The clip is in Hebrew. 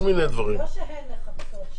לא שהן מחפשות.